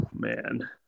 man